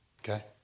okay